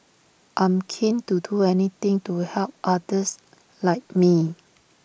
I'm keen to do anything to help others like me